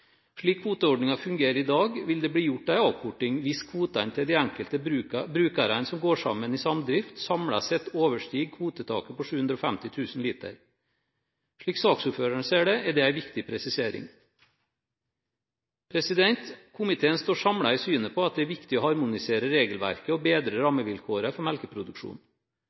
Slik kvoteordningen fungerer i dag, vil det bli gjort en avkorting hvis kvotene til de enkelte brukene som går sammen i samdrift, samlet sett overstiger kvotetaket på 750 000 liter. Slik saksordføreren ser det, er dette en viktig presisering. Komiteen står samlet i synet på at det er viktig å harmonisere regelverket og bedre rammevilkårene for melkeproduksjon.